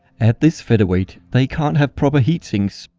at this featherweight, they can't have proper heat sinks.